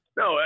no